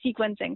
sequencing